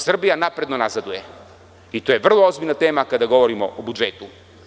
Srbija napredno nazaduje i to je vrlo ozbiljna tema kada govorimo o budžetu.